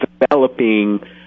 developing